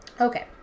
Okay